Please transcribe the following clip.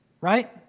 right